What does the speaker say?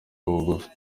bugufi